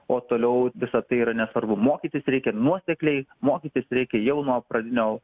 o toliau visa tai yra nesvarbu mokytis reikia nuosekliai mokytis reikia jau nuo pradinio